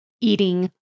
eating